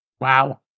Wow